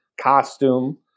costume